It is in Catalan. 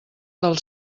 del